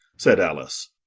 said alice.